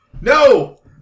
No